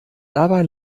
dabei